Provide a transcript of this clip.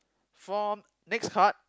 for next card